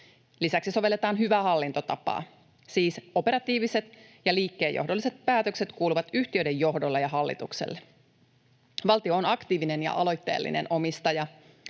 Lisäksi sovelletaan hyvää hallintotapaa, siis operatiiviset ja liikkeenjohdolliset päätökset kuuluvat yhtiöiden johdolle ja hallitukselle. Valtio on aktiivinen ja aloitteellinen omistaja.